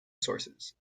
sources